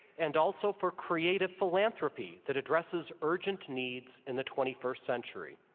and also for creative philanthropy that addresses urgent needs in the twenty first century.